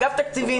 אגף התקציבים